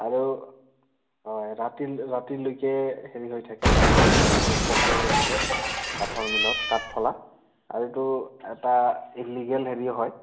আৰু হয় ৰাতি ৰাতিলৈকে হেৰি হৈ থাকে খুব শব্দ হৈ থাকে কাঠৰ মিলত কাঠফলা আৰু এইটো এটা ইলিগেল হেৰি হয়